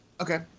okay